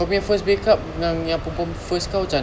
kau nya first break up dengan yang perempuan first kau camne